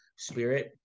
spirit